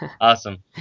Awesome